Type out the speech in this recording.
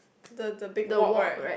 the the big wok right